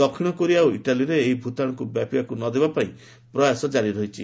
ଦକ୍ଷିଣ କୋରିଆ ଓ ଇଟାଲୀରେ ଏହି ଭୂତାଶୁକୁ ବ୍ୟାପିବାକୁ ନ ଦେବା ପାଇଁ ପ୍ରୟାସ ଜାରି ରହିଛି